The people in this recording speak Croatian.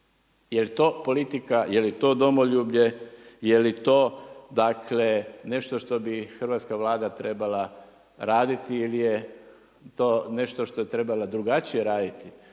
je li to politika, je li to domoljublje je li to dakle nešto što bi hrvatska Vlada trebala raditi ili je to nešto što je trebala drugačije raditi?